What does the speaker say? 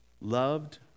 loved